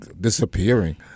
disappearing